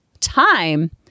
time